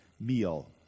meal